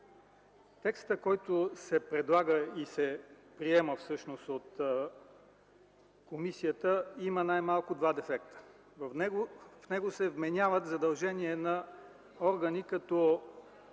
Текстът, който се предлага и се приема от комисията, има най-малко два дефекта. В него се вменяват задължения на органи, като